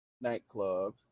Nightclub